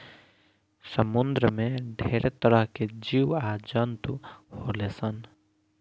समुंद्र में ढेरे तरह के जीव आ जंतु होले सन